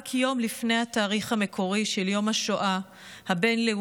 רק יום לפני התאריך המקורי של יום השואה הבין-לאומי,